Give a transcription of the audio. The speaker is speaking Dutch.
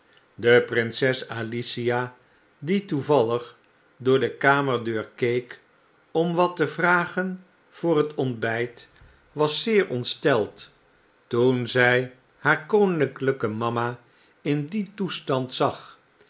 de prinses alicia die toevallig door de kamerdeur keek om watte vragen voor het ontbijt was zeer ontsteld toen zij haar koninklijke mama in dien toestand zag